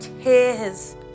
tears